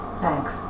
thanks